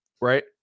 right